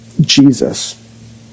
Jesus